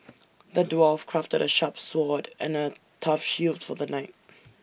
the dwarf crafted A sharp sword and A tough shield for the knight